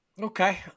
Okay